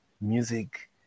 music